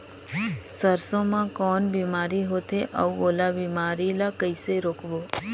सरसो मा कौन बीमारी होथे अउ ओला बीमारी ला कइसे रोकबो?